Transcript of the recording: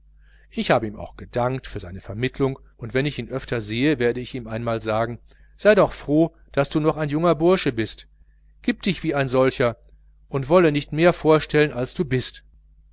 ich habe ihm auch gedankt für seine vermittlung und wenn ich ihn öfter sehe werde ich ihm einmal sagen sei doch froh daß du noch ein junger bursch bist gib dich wie ein solcher und wolle nicht mehr vorstellen als du bist